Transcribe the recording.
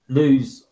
lose